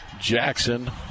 Jackson